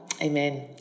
Amen